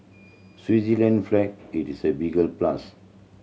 Switzerland flag it is a big plus